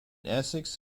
essex